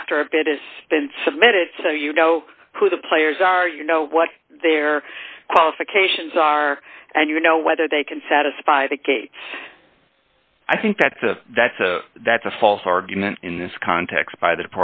after a bit as been submitted so you know who the players are you know what their qualifications are and you know whether they can satisfy the gates i think that's a that's a that's a false argument in this context by the